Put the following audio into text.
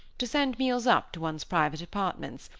to send meals up to one's private apartments,